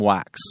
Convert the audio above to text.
Wax